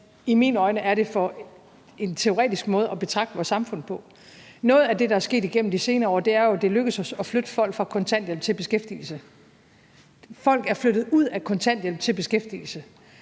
I mine øjne er det en for teoretisk måde at betragte vores samfund på. Noget af det, der er sket igennem de senere år, er jo, at det er lykkedes os at flytte folk fra kontanthjælp til beskæftigelse. Folk er flyttet ud af kontanthjælpen til beskæftigelse.